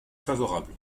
favorable